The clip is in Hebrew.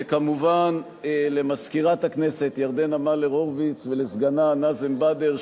וכמובן למזכירת הכנסת ירדנה מלר-הורוביץ ולסגנה נאזם בדר,